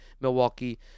Milwaukee